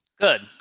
Good